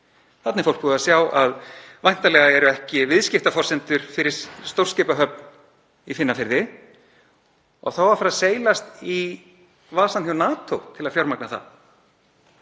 Þarna er fólk búið að sjá að væntanlega eru ekki viðskiptaforsendur fyrir stórskipahöfn í Finnafirði og þá á að fara að seilast í vasann hjá NATO til að fjármagna það.